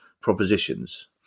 propositions